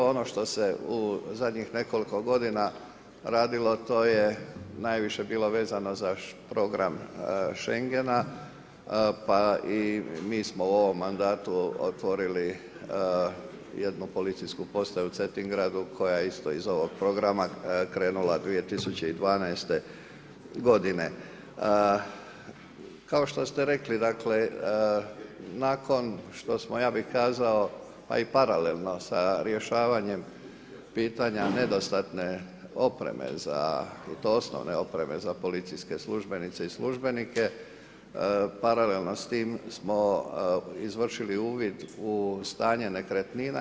Ono što se u zadnjih nekoliko godina radilo, a to je najviše bilo vezano za program Schengena, pa i mi smo u ovom mandatu otvorili jednu policijsku postaju u Cetingradu, koja je isto iz ovog programa krenula 2012. g. Kao što ste rekli, dakle, nakon što smo, ja bi kazao, pa i paralelno sa rješavanjem pitanja nedostatne opremane za, i to osnovne opreme za policijske službenice i službenike, paralelno s tim smo izvršili uvid u stanje nekretnina.